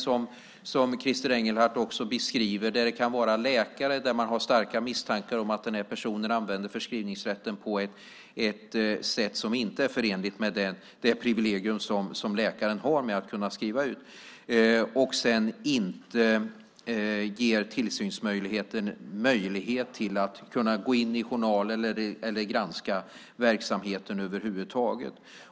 Som Christer Engelhardt beskriver det kan det finnas starka misstankar om att en läkare använder förskrivningsrätten på ett sätt som inte är förenligt med det privilegium som läkaren har att kunna skriva ut läkemedel och sedan inte ger tillsynsmyndigheten möjlighet att gå in i journaler eller granska verksamheten över huvud taget.